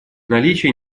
наличие